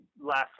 last